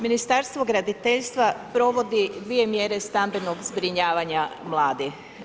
Ministarstvo graditeljstva, provodi dvije mjere stambenog zbrinjavanja mladih.